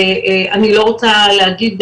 אני לא רוצה להגיד,